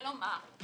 ולומר,